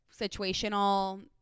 situational